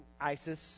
ISIS